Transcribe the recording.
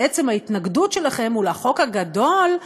בעצם ההתנגדות שלכם היא לחוק הגדול,